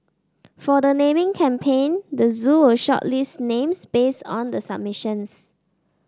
for the naming campaign the zoo will shortlist names based on the submissions